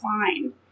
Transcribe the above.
fine